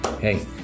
hey